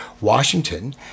Washington